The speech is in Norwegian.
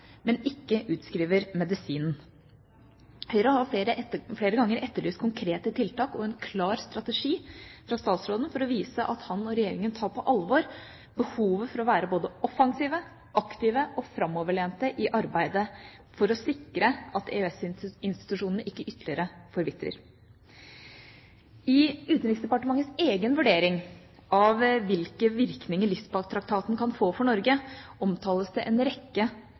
men ikke utskriver medisinen. Høyre har flere ganger etterlyst konkrete tiltak og en klar strategi fra utenriksministeren for å vise at han og Regjeringa tar på alvor behovet for å være både offensive, aktive og framoverlente i arbeidet for å sikre at EØS-institusjonene ikke forvitrer ytterligere. I Utenriksdepartementets egen vurdering av hvilke virkninger Lisboa-traktaten kan få for Norge, omtales det en rekke